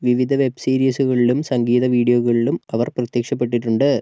വിവിധ വെബ് സീരീസുകളിലും സംഗീത വീഡിയോകളിലും അവർ പ്രത്യക്ഷപ്പെട്ടിട്ടുണ്ട്